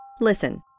Listen